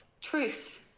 Truth